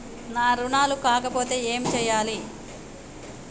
నా రుణాలు కాకపోతే ఏమి చేయాలి?